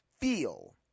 feel